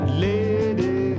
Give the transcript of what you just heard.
lady